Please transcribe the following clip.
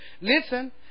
Listen